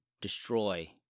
destroy